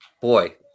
boy